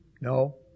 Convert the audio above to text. No